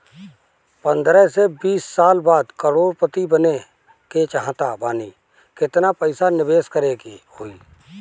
पंद्रह से बीस साल बाद करोड़ पति बने के चाहता बानी केतना पइसा निवेस करे के होई?